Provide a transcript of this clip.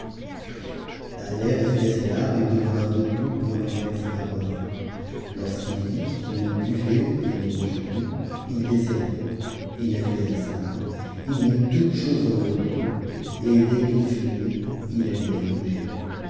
essuya ses larmes et demeura debout pour leur verser à boire lorsqu'il vit qu'ils ne buvaient et qu'ils ne mangeaient plus il desservit il nettoya la salle il mit toutes choses en leur lieu et dès qu'il fut nuit il alluma les bougies